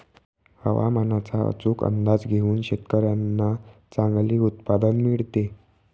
हवामानाचा अचूक अंदाज घेऊन शेतकाऱ्यांना चांगले उत्पादन मिळते